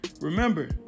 Remember